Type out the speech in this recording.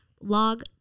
log